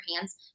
hands